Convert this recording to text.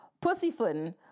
pussyfooting